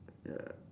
ya